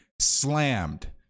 Slammed